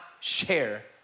share